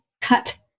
cut